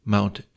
Mount